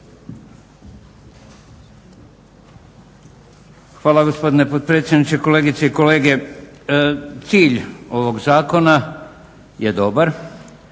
Hvala, gospodine potpredsjedniče. Kolegice i kolege. Cilj ovog zakona je dobar,